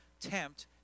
tempt